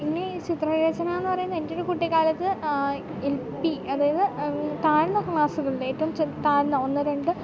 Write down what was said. ഇന്നീ ചിത്ര രചനയെന്നു പറയുന്നത് എൻ്റൊരു കുട്ടിക്കാലത്ത് എൽ പി അതായത് താഴ്ന്ന ക്ലാസ്സുകളിൽ ഏറ്റവും ചെ താഴ്ന്ന ഒന്ന് രണ്ട്